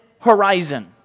Horizon